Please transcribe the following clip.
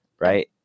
right